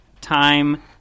time